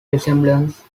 resemblance